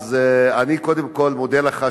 אני קודם כול מודה לך,